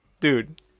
Dude